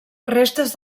restes